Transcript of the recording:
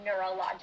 neurologic